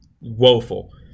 woeful